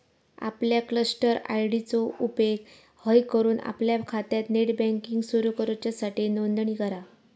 आपल्या cluster ID चो उपेग हय करून आपल्या खात्यात नेट बँकिंग सुरू करूच्यासाठी नोंदणी करा